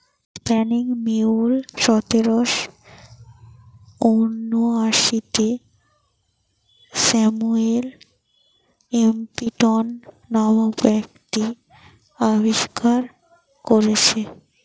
spinning mule সতেরশ ঊনআশিতে Samuel Crompton নামক ব্যক্তি আবিষ্কার কোরেছে